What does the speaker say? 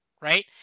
right